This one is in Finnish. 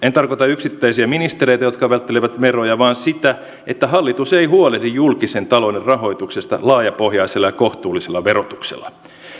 en tarkoita yksittäisiä ministereitä jotka välttelevät veroja vaan sitä että hallitus ei huolehdi julkisen talouden rahoituksesta laajapohjaisella ja kohtuullisella verotuksella